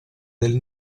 del